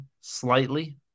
slightly